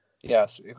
yes